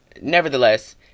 nevertheless